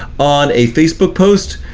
on a facebook post,